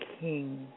King